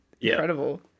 Incredible